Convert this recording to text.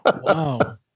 Wow